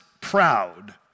proud